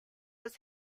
was